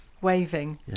waving